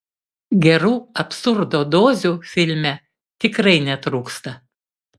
gerų absurdo dozių filme tikrai netrūksta